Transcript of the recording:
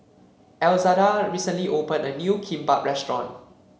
Elzada recently opened a new Kimbap Restaurant